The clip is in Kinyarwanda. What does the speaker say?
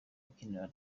ukinira